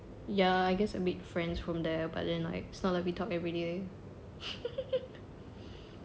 ya I guess I'll meet friends from there but then like it's not like we talk everyday